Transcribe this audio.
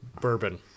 bourbon